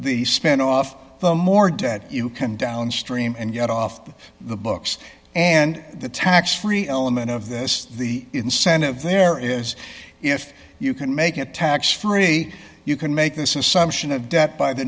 the spin off the more debt you can downstream and yet off the books and the tax free element of this the incentive there is if you can make it tax free you can make this assumption of debt by the